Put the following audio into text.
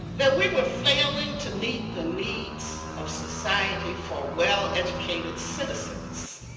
that we were failing to meet the needs of society for well-educated citizens.